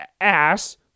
ass